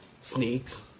sneaks